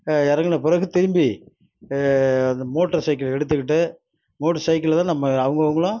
இறங்குன பிறகு திரும்பி அந்த மோட்டார் சைக்கிள் எடுத்துக்கிட்டு மோட்டர் சைக்கிளில்தான் நம்ம அவங்க அவங்களும்